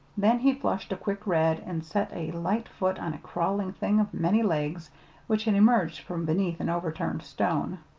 then he flushed a quick red and set a light foot on a crawling thing of many legs which had emerged from beneath an overturned stone.